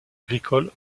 agricole